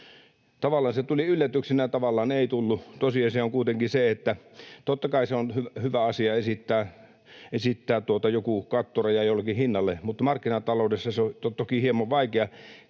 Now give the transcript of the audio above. Tavallaan se tuli yllätyksenä, tavallaan ei tullut. Tosiasia on kuitenkin se, että totta kai se on hyvä asia esittää joku kattoraja jollekin hinnalle, mutta markkinataloudessa se on toki hieman vaikeaa.